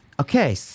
Okay